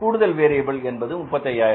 கூடுதல் variable cost என்பது 35000